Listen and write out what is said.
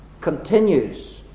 continues